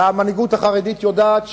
והמנהיגות החרדית יודעת,